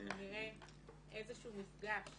נראה איזשהו מפגש